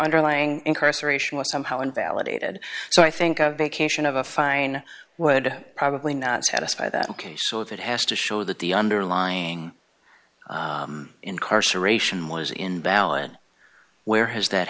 underlying incarceration was somehow invalidated so i think a vacation of a fine would probably not satisfy that ok so if it has to show that the underlying incarceration was invalid where has that